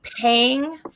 paying